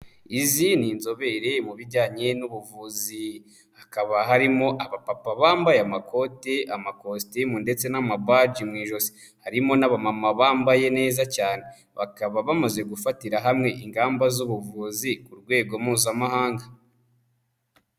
Izi ni inzobere mu bijyanye n'ubuvuzi, hakaba harimo abapapa bambaye amakoti, amakositimu ndetse n'amabaji mu ijosi, harimo n'aba mama bambaye neza cyane bakaba bamaze gufatira hamwe ingamba z'ubuvuzi ku rwego mpuzamahanga.